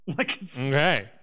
Okay